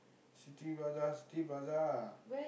City Plaza City Plaza ah